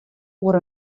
oer